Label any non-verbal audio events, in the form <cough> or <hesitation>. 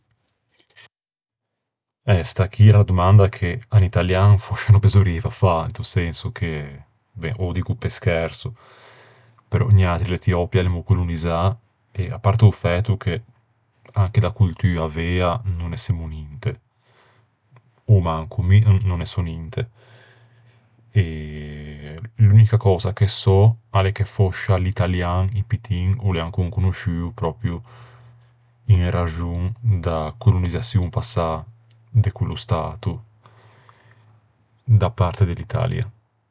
Eh, sta chì a l'é unna domanda che à un italian fòscia no besorrieiva fâ. Into senso che... Ben, ô diggo pe scherso. Però niatri l'Etiòpia l'emmo colonizzâ e à parte o fæto che anche da coltua vea no se semmo ninte. A-o manco, mi no ne sò ninte. <hesitation> L'unica cösa che sò a l'é che fòscia l'italian un pittin o l'é ancon conosciuo pròpio in raxon da colonizzaçion passâ de quello stato da parte de l'Italia.